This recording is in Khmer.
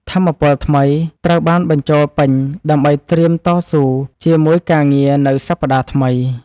ថាមពលថ្មីត្រូវបានបញ្ចូលពេញដើម្បីត្រៀមតស៊ូជាមួយការងារនៅសប្តាហ៍ថ្មី។